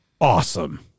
awesome